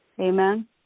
amen